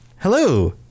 hello